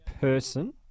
person